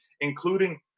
including